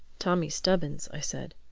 tommy stubbins, i said.